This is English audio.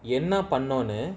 என்னபண்ணோம்னு:enna pannomnu